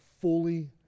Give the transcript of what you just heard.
fully